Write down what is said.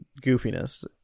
goofiness